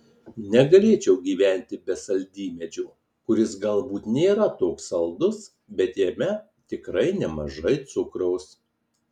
negalėčiau gyventi be saldymedžio kuris galbūt nėra toks saldus bet jame tikrai nemažai cukraus